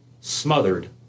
smothered